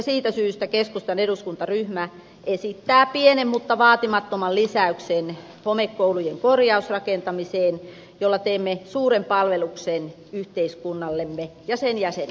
siitä syystä keskustan eduskuntaryhmä esittää pienen mutta vaatimattoman lisäyksen homekoulujen korjausrakentamiseen jolla teemme suuren palveluksen yhteiskunnallemme ja sen jäsenille